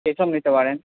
এই সব নিতে পারেন